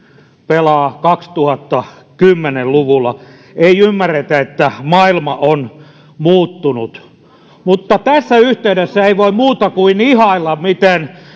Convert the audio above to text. pelaavat kaksituhattakymmenen luvulla ei ymmärretä että maailma on muuttunut mutta tässä yhteydessä ei voi muuta kuin ihailla miten